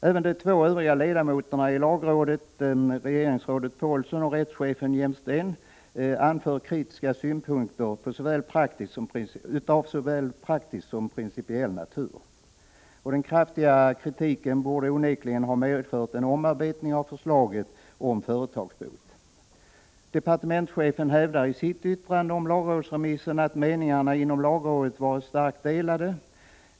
Även de två övriga ledamöterna i lagrådet, regeringsrådet Paulsson och rättschefen Jermsten, anför kritiska synpunkter av såväl praktisk som principiell natur. Den kraftiga kritiken borde onekligen ha medfört en omarbetning av förslaget om företagsbot. Departementschefen hävdar i sitt yttrande om lagrådsremissen att meningarna inom lagrådet varit starkt delade.